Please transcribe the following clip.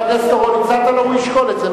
הוא ישקול את זה.